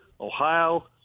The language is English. Ohio